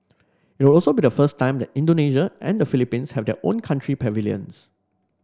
it will also be the first time that Indonesia and the Philippines have their own country pavilions